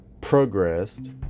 progressed